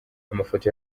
amafoto